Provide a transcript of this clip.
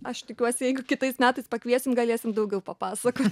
aš tikiuosi jeigu kitais metais pakviesim galėsim daugiau papasakot